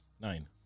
Nine